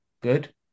good